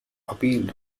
appealed